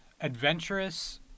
adventurous